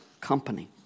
company